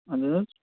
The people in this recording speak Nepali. हजुर